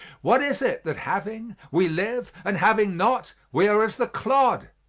what is it that, having, we live, and having not, we are as the clod?